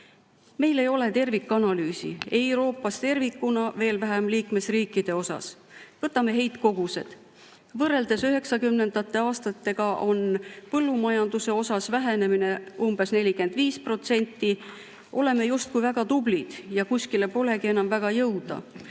Meil ei ole tervikanalüüsi, ei Euroopas tervikuna, veel vähem liikmesriikide kohta. Võtame heitkogused. Võrreldes 1990. aastatega on põllumajanduse osas vähenemine umbes 45%. Oleme justkui väga tublid ja kuskile polegi enam väga jõuda.